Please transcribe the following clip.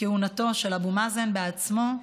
כהונתו של אבו מאזן עצמו.